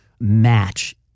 match